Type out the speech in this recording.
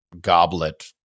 goblet